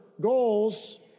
goals